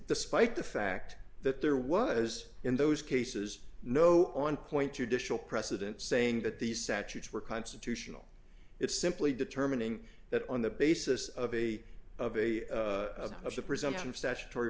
the spite the fact that there was in those cases no on point judicial precedent saying that these saturates were constitutional it's simply determining that on the basis of a of a of a presumption of statutory